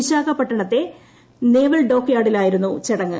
വിശാഖപട്ടണത്തെ naval ഡോക്യാർഡിലായിരുന്നു ചടങ്ങ്